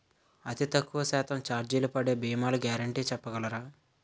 అతి తక్కువ శాతం ఛార్జీలు పడే భీమాలు గ్యారంటీ చెప్పగలరా?